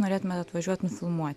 norėtumėt atvažiuot nufilmuot